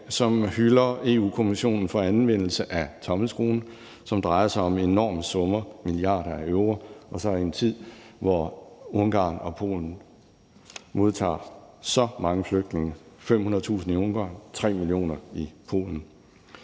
som hylder Europa-Kommissionen for anvendelse af tommelskruen, som drejer sig om enorme summer, milliarder af euro, og så i en tid, hvor Ungarn og Polen modtager så mange flygtninge, 500.000 i Ungarn, 3 millioner i Polen.